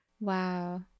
Wow